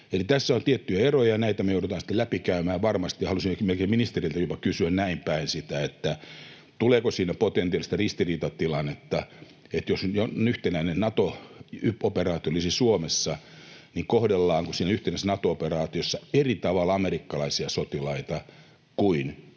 tässä on tiettyjä eroja, ja näitä me joudutaan sitten läpikäymään varmasti. Haluaisinkin ministeriltä jopa kysyä näin päin, tuleeko siinä potentiaalista ristiriitatilannetta: jos yhtenäinen Nato-operaatio olisi Suomessa, kohdellaanko siinä yhteydessä Nato-operaatiossa eri tavalla amerikkalaisia sotilaita kuin